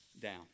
down